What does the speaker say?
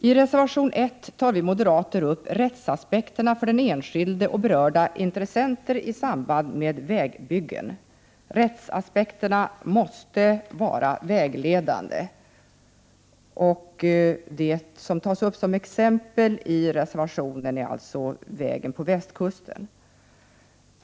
I reservation 1 tar vi moderater upp rättsaspekterna för den enskilde och för berörda intressenter i samband med vägbyggen. Rättsaspekterna måste vara vägledande, och det som tas upp som exempel i reservationen är alltså vägen på västkusten.